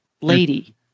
lady